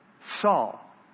Saul